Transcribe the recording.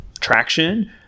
traction